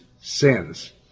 sins